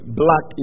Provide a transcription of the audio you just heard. black